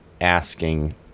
asking